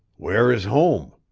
where is home?